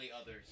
others